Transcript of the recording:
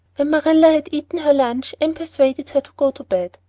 when marilla had eaten her lunch anne persuaded her to go to bed.